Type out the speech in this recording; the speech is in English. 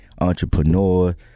entrepreneur